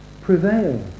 prevail